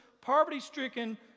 poverty-stricken